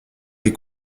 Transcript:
les